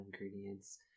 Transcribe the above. ingredients